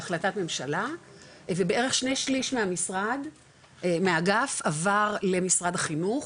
בהחלטת ממשלה ובערך שני שליש מהאגף עבר למשרד החינוך,